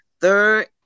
third